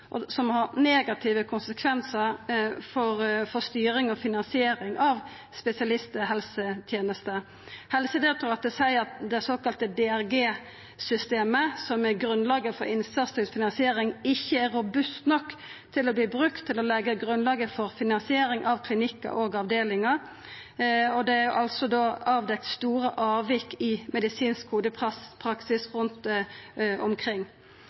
sjukehusa, noko som har negative konsekvensar for styring og finansiering av spesialisthelsetenesta. Helsedirektoratet seier at det såkalla DRG-systemet, som er grunnlaget for innsatsstyrt finansiering, ikkje er robust nok til å verta brukt for å leggja grunnlaget for finansiering av klinikkar og avdelingar, og det er avdekt store avvik i medisinsk kodepraksis rundt omkring.